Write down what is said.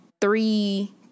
three